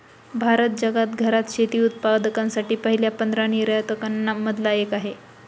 भारत जगात घरात शेती उत्पादकांसाठी पहिल्या पंधरा निर्यातकां न मधला एक आहे